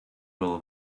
will